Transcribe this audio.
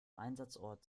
einsatzort